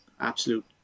absolute